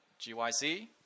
GYC